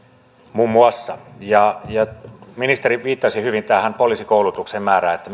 muun muassa näissä poliisiasioissa ministeri viittasi hyvin poliisikoulutuksen määrään että